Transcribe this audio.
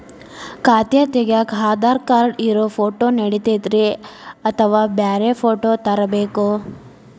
ಖಾತೆ ತಗ್ಯಾಕ್ ಆಧಾರ್ ಕಾರ್ಡ್ ಇರೋ ಫೋಟೋ ನಡಿತೈತ್ರಿ ಅಥವಾ ಬ್ಯಾರೆ ಫೋಟೋ ತರಬೇಕೋ?